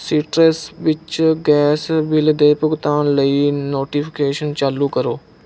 ਸੀਟਰਸ ਵਿੱਚ gas bill ਦੇ ਭੁਗਤਾਨ ਲਈ ਨੋਟੀਫਕੇਸ਼ਨ ਚਾਲੂ ਕਰੋ